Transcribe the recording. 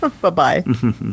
Bye-bye